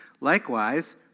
Likewise